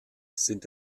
sind